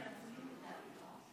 אם לך מותר, לי אסור?